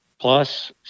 plus